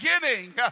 beginning